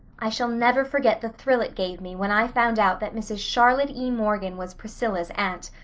i shall never forget the thrill it gave me when i found out that mrs. charlotte e. morgan was priscilla's aunt.